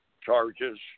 charges